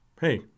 hey